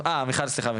מיכל ביקשה לצאת.